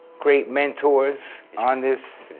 great mentors on this